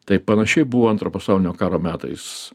taip panašiai buvo antro pasaulinio karo metais